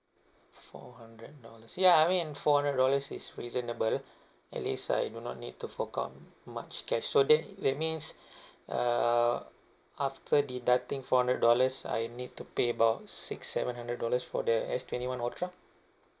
four hundred dollars yeah I mean four hundred dollars is reasonable at least I do not need to fork out much cash so that that means err after deducting four hundred dollars I need to pay about six seven hundred dollars for the S twenty one ultra